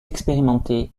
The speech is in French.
expérimenté